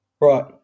Right